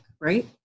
right